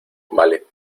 vale